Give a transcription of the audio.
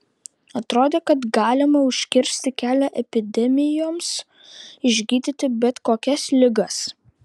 atrodė kad galima užkirsti kelią epidemijoms išgydyti bet kokias ligas